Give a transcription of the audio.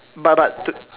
but but t~